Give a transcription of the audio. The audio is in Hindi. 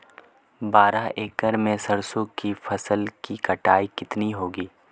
बारह एकड़ में सरसों की फसल की कटाई कितनी होगी?